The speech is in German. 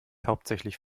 hauptsächlich